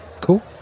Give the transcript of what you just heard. cool